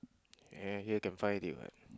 and you can find already [what]